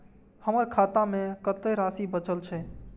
हमर खाता में कतेक राशि बचल छे?